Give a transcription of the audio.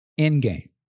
endgame